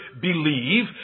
believe